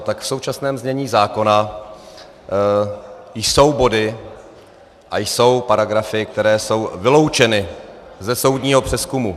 Tak v současném znění zákona jsou body a jsou paragrafy, které jsou vyloučeny ze soudního přezkumu.